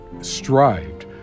strived